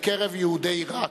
בקרב יהודי עירק,